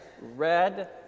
red